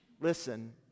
Listen